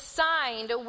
signed